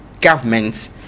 governments